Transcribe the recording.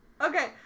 Okay